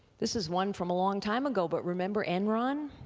this is one from a long time ago, but remember enron?